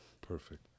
Perfect